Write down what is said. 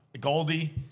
Goldie